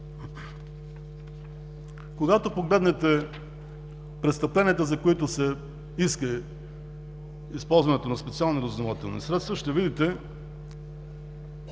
Когато погледнете престъпленията, за които се иска използването на специални разузнавателни средства, ще видите,